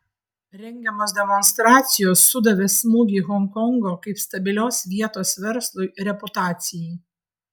rengiamos demonstracijos sudavė smūgį honkongo kaip stabilios vietos verslui reputacijai